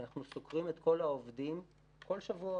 כי אנחנו סוקרים את כל העובדים כל שבוע,